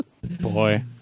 Boy